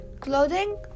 clothing